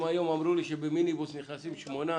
אם היום אמרו לי שבמיניבוס נכנסים שמונה